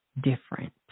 different